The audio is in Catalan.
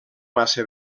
massa